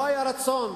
לא היה רצון.